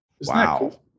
Wow